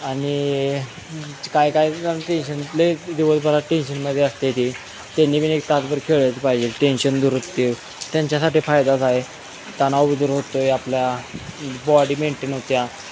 आणि काय काय टेन्शन लई दिवसभरात टेन्शनमध्ये असतं ते त्यांनी बी एक तासभर खेळलंच पाहिजे टेन्शन दूर होतं त्यांच्यासाठी फायदाच आहे तणाव बी दूर होतो आपल्या बॉडी मेंटेन होत्या